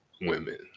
women